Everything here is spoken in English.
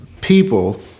people